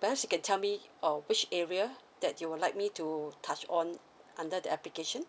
perhaps you can tell me uh which area that you would like me to touch on under the application